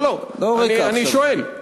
לא, לא, אני שואל.